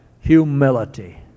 humility